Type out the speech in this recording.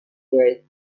rate